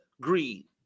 greed